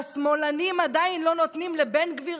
והשמאלנים עדיין לא נותנים לבן גביר,